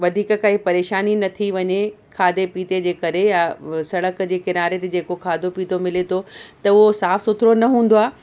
वधीक काई परेशानी न थी वञे खादे पीते जे करे या सड़क जे किनारे ते जेको खादो पीतो मिले थो त उहो साफ़ु सुथिरो न हूंदो आहे